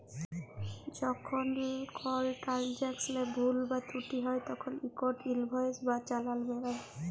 যখল কল ট্রালযাকশলে ভুল বা ত্রুটি হ্যয় তখল ইকট ইলভয়েস বা চালাল বেরাই